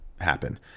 happen